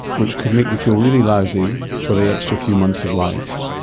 which could make you feel really lousy for the extra few months of life,